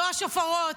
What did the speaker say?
לא השופרות,